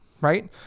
right